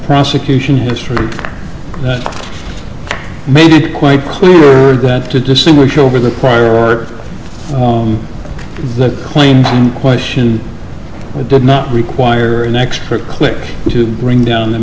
prosecution history made it quite clear that to distinguish over the prior earth the claims in question did not require an extra click to bring down the